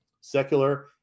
secular